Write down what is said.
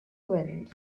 wind